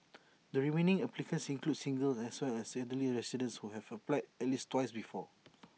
the remaining applicants include singles as well as elderly residents who have applied at least twice before